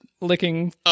licking